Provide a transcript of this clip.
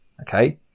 okay